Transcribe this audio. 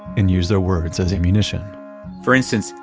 and use their words as ammunition for instance,